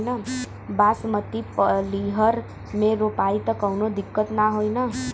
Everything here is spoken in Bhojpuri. बासमती पलिहर में रोपाई त कवनो दिक्कत ना होई न?